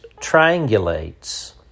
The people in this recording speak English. triangulates